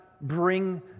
bring